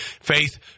Faith